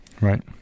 Right